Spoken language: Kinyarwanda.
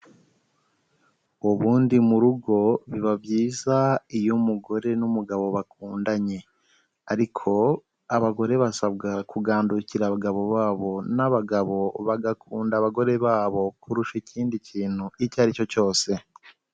Ubundi mu rugo biba byiza iyo umugore n'umugabo bakundanye, ariko abagore basabwa kugandukira abagabo babo n'abagabo bagakunda abagore babo kurusha ikindi kintu icyo ari cyo cyose.